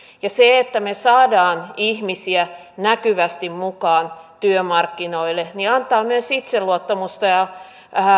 se että me saamme ihmisiä näkyvästi mukaan työmarkkinoille antaa myös itseluottamusta ja